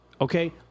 Okay